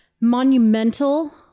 monumental